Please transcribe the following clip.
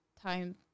time